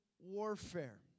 warfare